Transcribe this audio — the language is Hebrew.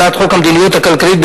הצעת חוק המדיניות הכלכלית,